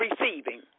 receiving